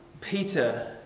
Peter